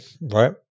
right